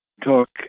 talk